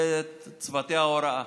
צוותי ההוראה,